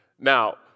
Now